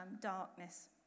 darkness